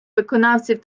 виконавців